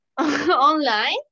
Online